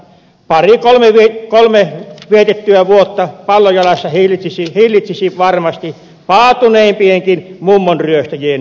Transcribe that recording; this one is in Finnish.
pari kolme vietettyä vuotta pallo jalassa hillitsisi varmasti paatuneimpienkin mummonryöstäjien rikoshaluja